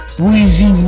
Weezy